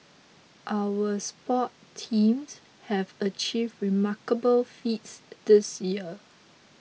our sports teams have achieved remarkable feats this year